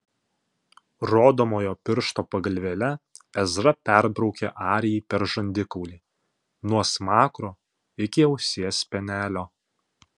rodomojo piršto pagalvėle ezra perbraukė arijai per žandikaulį nuo smakro iki ausies spenelio